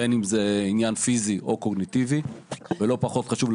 בין אם זה עניין פיזי ובין אם קוגניטיבי ולא פחות חשוב מכך,